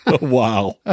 wow